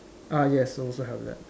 ah yes also have that